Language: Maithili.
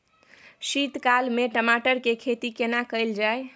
शीत काल में टमाटर के खेती केना कैल जाय?